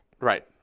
Right